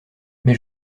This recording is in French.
mais